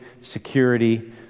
security